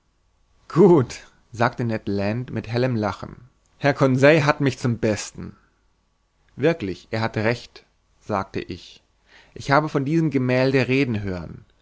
gut sagte ned land mit hellem lachen herr conseil hat mich zum besten wirklich er hat recht sagte ich ich habe von diesem gemälde reden hören